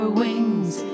wings